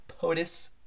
POTUS